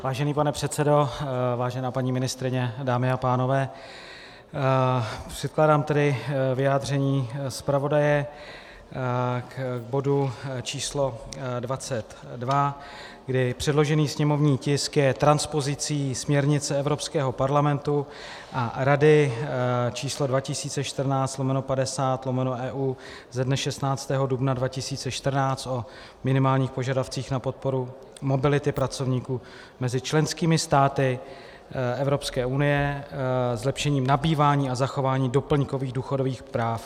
Vážený pane předsedo, vážená paní ministryně, dámy a pánové, předkládám vyjádření zpravodaje k bodu číslo 22, kdy předložený sněmovní tisk je transpozicí směrnice Evropského parlamentu a Rady č. 2014/50/EU ze dne 16. dubna 2014 o minimálních požadavcích na podporu mobility pracovníků mezi členskými státy Evropské unie zlepšením nabývání a zachování doplňkových důchodových práv.